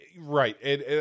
Right